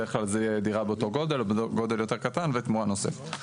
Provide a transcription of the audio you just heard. בדרך כלל זה יהיה דירה באותו גודל או בגודל יותר קטן ותמורה נוספת.